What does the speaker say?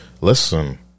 listen